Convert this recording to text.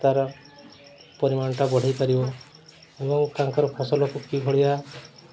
ତା'ର ପରିମାଣଟା ବଢ଼ାଇ ପାରିବ ଏବଂ ତାଙ୍କର ଫସଲକୁ କି ଭଳିଆ